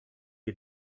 you